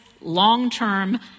long-term